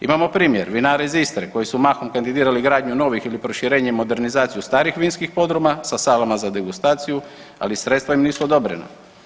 Imao primjer, vinari iz Istre koji su mahom kandidirali gradnju novih ili proširenje i modernizaciju starih vinskih podruma sa salama za degustaciju, ali sredstva im nisu odobrena.